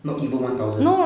not even one thousand ah